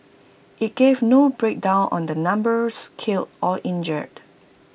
IT gave no breakdown on the numbers killed or injured